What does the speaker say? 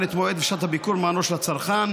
את מועד ושעת הביקור במענו של הצרכן,